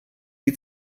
die